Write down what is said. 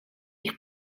ich